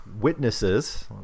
witnesses